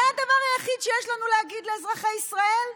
זה הדבר היחיד שיש לנו להגיד לאזרחי ישראל?